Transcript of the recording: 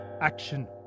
action